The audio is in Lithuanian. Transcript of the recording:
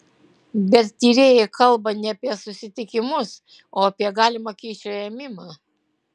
bet tyrėjai kalba ne apie susitikimus o apie galimą kyšio ėmimą